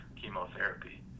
chemotherapy